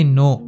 no